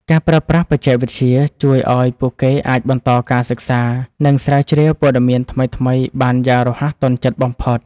ការប្រើប្រាស់បច្ចេកវិទ្យាជួយឱ្យពួកគេអាចបន្តការសិក្សានិងស្រាវជ្រាវព័ត៌មានថ្មីៗបានយ៉ាងរហ័សទាន់ចិត្តបំផុត។